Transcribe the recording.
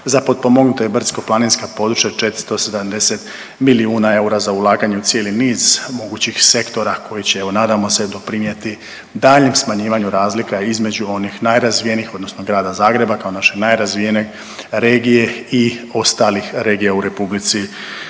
za potpomognuta i brdsko-planinska područja 470 milijuna eura za ulaganje u cijeli niz mogućih sektora koji će evo nadamo se doprinijeti daljnjem smanjivanju razlika između onih najrazvijenijih, odnosno grada Zagreba kao naše najrazvijenije regije i ostalih regija u Republici